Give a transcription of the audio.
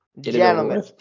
Gentlemen